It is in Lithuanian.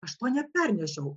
aš to nepernešiau